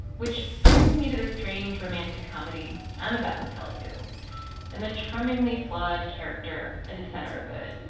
which brings me to the strange romantic comedy i'm about to tell you and the charmingly flawed character at the center of it